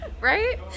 Right